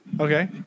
Okay